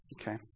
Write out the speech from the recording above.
okay